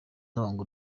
ngo